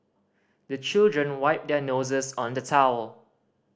the children wipe their noses on the towel